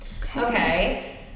Okay